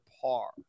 par